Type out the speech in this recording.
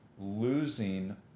losing